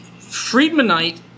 Friedmanite